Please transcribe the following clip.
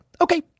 okay